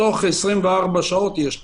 תוך 24 שעות יש תשובה.